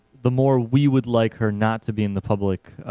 the more we would like her not to be in the public